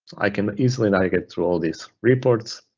i can easily navigate through all these reports.